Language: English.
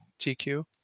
TQ